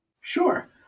Sure